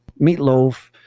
meatloaf